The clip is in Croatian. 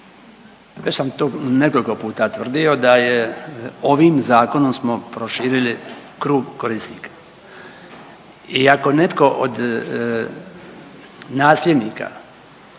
Već sam to nekoliko puta tvrdio da je ovim zakonom smo prošili krug korisnika. I ako netko od nasljednika,,